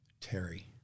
Terry